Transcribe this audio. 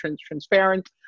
transparent